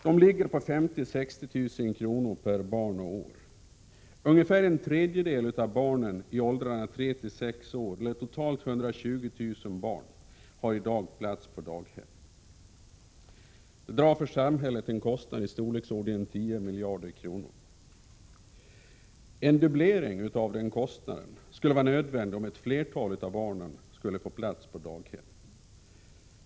De ligger på 50 000-60 000 kr. per barn och år. Ungefär en tredjedel av barnen i åldrarna 3-6 år eller totalt 120 000 barn har i dag plats på daghem. Det innebär en kostnad för samhället på uppemot 10 miljarder kronor. En dubblering av den kostnaden skulle vara nödvändig om ett flertal av barnen skulle få plats på daghem.